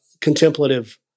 contemplative